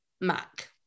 Mac